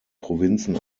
provinzen